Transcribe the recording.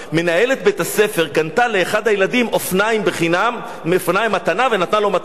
מנהלת בית-הספר קנתה לאחד הילדים אופניים ונתנה לו במתנה.